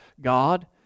God